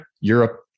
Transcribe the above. Europe